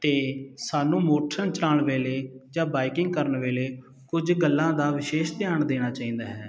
ਅਤੇ ਸਾਨੂੰ ਮੋਟਰ ਚਲਾਉਣ ਵੇਲੇ ਜਾਂ ਬਾਈਕਿੰਗ ਕਰਨ ਵੇਲੇ ਕੁਝ ਗੱਲਾਂ ਦਾ ਵਿਸ਼ੇਸ਼ ਧਿਆਨ ਦੇਣਾ ਚਾਹੀਦਾ ਹੈ